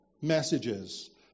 messages